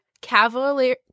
Cavalier